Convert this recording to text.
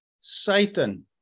Satan